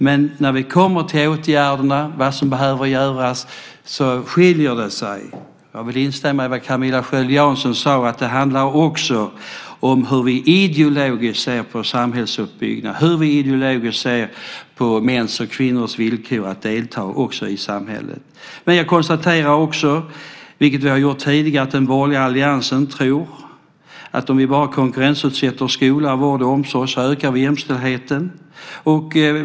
Men när vi kommer till åtgärderna, till vad som behöver göras, skiljer det sig. Jag vill instämma i vad Camilla Sköld Jansson sade, nämligen att det också handlar om hur vi ideologiskt ser på samhällsuppbyggnad och om hur vi ideologiskt ser på mäns och kvinnors villkor att delta i samhället. Jag konstaterar också, som vi tidigare gjort, att den borgerliga alliansen tror att om vi bara konkurrensutsätter skolan, vården och omsorgen ökar vi jämställdheten.